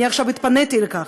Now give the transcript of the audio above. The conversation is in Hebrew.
אני עכשיו התפניתי לכך,